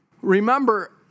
remember